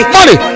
Money